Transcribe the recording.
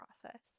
process